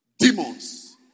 Demons